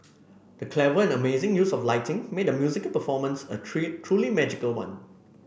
the clever and amazing use of lighting made the musical performance a tree truly magical one